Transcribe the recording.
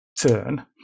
turn